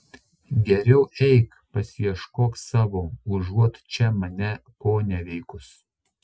geriau eik pasiieškok savo užuot čia mane koneveikus